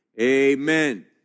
amen